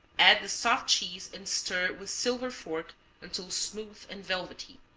add the soft cheese and stir with silver fork until smooth and velvety.